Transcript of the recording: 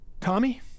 Tommy